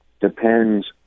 depends